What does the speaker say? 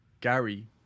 gary